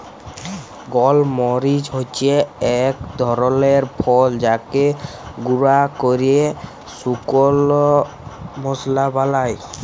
গল মরিচ হচ্যে এক ধরলের ফল যাকে গুঁরা ক্যরে শুকল মশলা বালায়